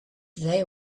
they